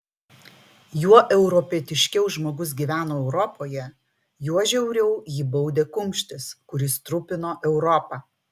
juo europietiškiau žmogus gyveno europoje juo žiauriau jį baudė kumštis kuris trupino europą